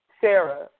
Sarah